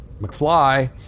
McFly